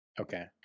Okay